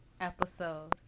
episode